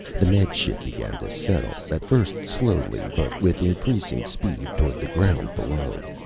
the med ship began to settle, at first slowly but with increasing speed, toward the ground below.